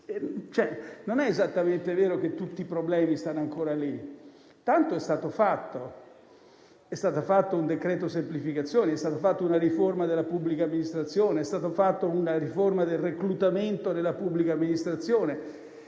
non è esattamente vero che tutti i problemi stanno ancora lì. Tanto è stato fatto. È stato fatto un decreto semplificazioni, è stata fatta una riforma della pubblica amministrazione, è stata fatta una riforma del reclutamento nella pubblica amministrazione.